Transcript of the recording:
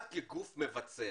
את, כגוף מבצע,